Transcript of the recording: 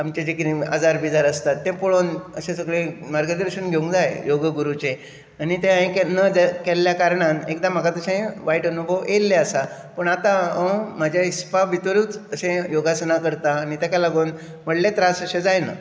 आमचे जे कितें आजार बिजार आसतात ते पोळोन अशें सगळें मार्गदर्शन घेवंक जाय योग गुरुचें आनी तें हांयें केद ना केल्ल्या कारणान एकदां म्हाका तशें वायट अनुभव येयल्ले आसात पूण आतां हांव म्हजे हिसपा भितरूच अशें योगासना करता आनी तेका लागून व्हडले त्रास अशें जायनात